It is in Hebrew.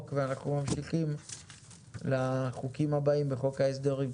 ואנחנו ממשיכים לחוקים הבאים בחוק ההסדרים.